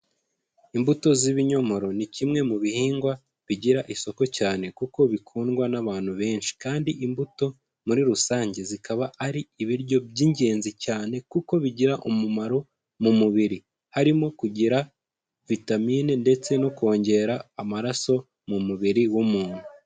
Imbuto z'ibinyomoro ni kimwe mu bihingwa bigira isoko cyane kuko bikundwa n'abantu benshi, kandi imbuto muri rusange zikaba ari ibiryo by'ingenzi cyane kuko bigira umumaro mu mubiri, harimo kugira vitamine ndetse no kongera amaraso mu mubiri w'umuntu.